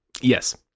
Yes